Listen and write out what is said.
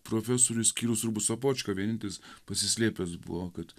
profesorių išskyrus turbūt sopočka vienintelis pasislėpęs buvo kad